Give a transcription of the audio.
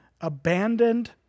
abandoned